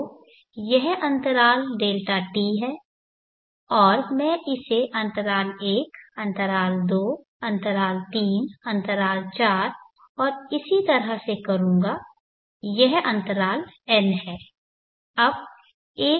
तो यह अंतराल Δt है और मैं इसे अंतराल 1 अंतराल 2 अंतराल 3 अंतराल 4 और इसी तरह से करूंगा यह अंतराल n है